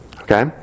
Okay